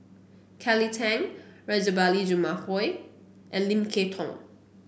Kelly Tang Rajabali Jumabhoy and Lim Kay Tong